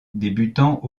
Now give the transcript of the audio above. débutant